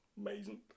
Amazing